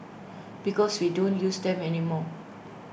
because we don't use them anymore